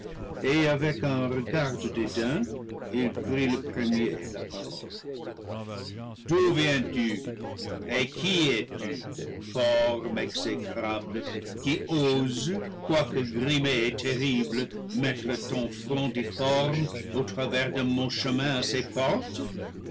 et avec un regard de dédain il prit le premier la parole d'où viens-tu et qui es-tu forme exécrable qui oses quoi que grimée et terrible mettre ton front difforme au travers de mon chemin à ces portes